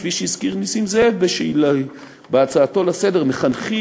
כפי שהזכיר נסים זאב בהצעתו לסדר-היום,